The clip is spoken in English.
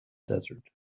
desert